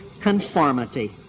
conformity